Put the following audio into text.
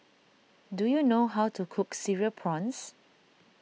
do you know how to cook Cereal Prawns